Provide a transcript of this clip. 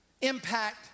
impact